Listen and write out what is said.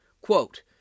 quote